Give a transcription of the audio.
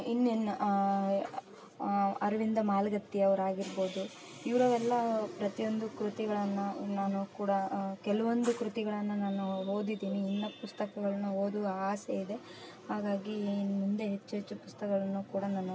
ಇನ್ನೇನು ಅರವಿಂದ ಮಾಲ್ಗತ್ತಿ ಅವರು ಆಗಿರ್ಬೌದು ಇವರೆಲ್ಲ ಪ್ರತಿಯೊಂದು ಕೃತಿಗಳನ್ನು ನಾನು ಕೂಡ ಕೆಲವೊಂದು ಕೃತಿಗಳನ್ನು ನಾನು ಓದಿದ್ದೀನಿ ಇನ್ನ ಪುಸ್ತಕಗಳನ್ನು ಓದುವ ಆಸೆ ಇದೆ ಹಾಗಾಗಿ ಇನ್ನ ಮುಂದೆ ಹೆಚ್ಚು ಹೆಚ್ಚು ಪುಸ್ತಕಗಳನ್ನು ಕೂಡ ನಾನು